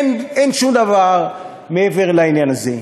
אין שום דבר מעבר לעניין הזה.